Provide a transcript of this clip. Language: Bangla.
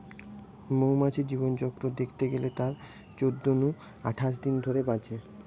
মৌমাছির জীবনচক্র দ্যাখতে গেলে তারা চোদ্দ নু আঠাশ দিন ধরে বাঁচে